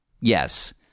yes